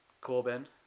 Corbin